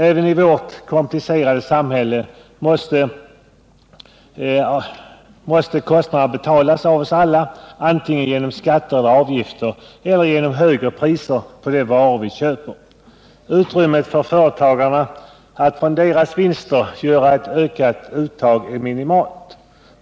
Även i vårt komplicerade samhälle måste det allmännas kostnader betalas av oss alla, antingen genom skatter och avgifter eller genom högre priser på de varor vi köper. Utrymmet för ökat uttag från företagarnas vinster är minimalt.